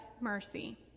mercy